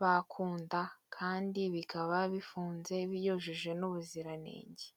bakunda kandi bikaba bifunze byujuje n'ubuziranenge.